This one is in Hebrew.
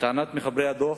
לטענת מחברי הדוח,